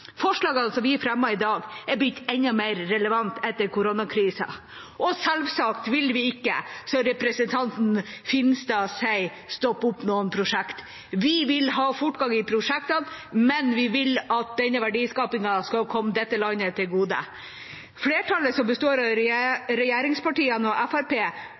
Forslagene som vi fremmer i dag, er blitt enda mer relevante etter koronakrisa, og selvsagt vil vi ikke, som representanten Finstad sier, stoppe opp noen prosjekter. Vi vil ha fortgang i prosjektene, men vi vil at denne verdiskapingen skal komme dette landet til gode. Flertallet, som består av regjeringspartiene og